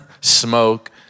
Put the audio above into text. smoke